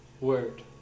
word